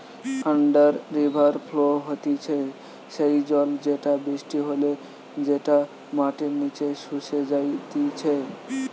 under river flow হতিছে সেই জল যেটা বৃষ্টি হলে যেটা মাটির নিচে শুষে যাইতিছে